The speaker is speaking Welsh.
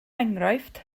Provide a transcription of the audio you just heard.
enghraifft